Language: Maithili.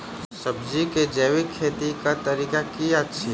सब्जी केँ जैविक खेती कऽ तरीका की अछि?